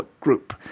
group